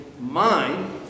mind